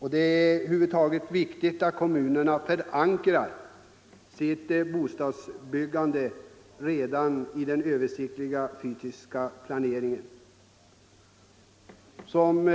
Det är över huvud taget viktigt att kommunerna förankrar sitt bostadsbyggande redan i den översiktliga fysiska planeringen. Som